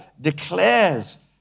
declares